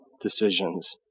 decisions